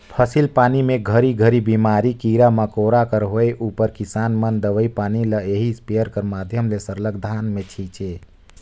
फसिल पानी मे घरी घरी बेमारी, कीरा मकोरा कर होए उपर किसान मन दवई पानी ल एही इस्पेयर कर माध्यम ले सरलग धान मे छीचे